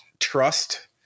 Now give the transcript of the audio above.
Trust